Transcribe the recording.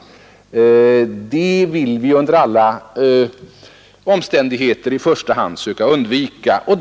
Det vill vi under alla omständigheter söka undvika.